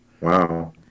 Wow